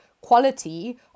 quality